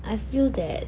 I feel that